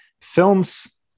films